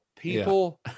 people